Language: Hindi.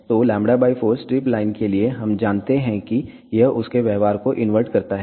तो λ 4 स्ट्रिप लाइन के लिए हम जानते हैं कि यह उसके व्यवहार को इन्वर्ट करता है